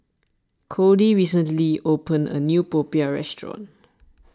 Codie recently opened a new Popiah restaurant